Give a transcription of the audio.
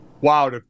Wow